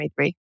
2023